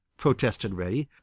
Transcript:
protested reddy.